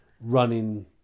running